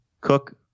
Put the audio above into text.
Cook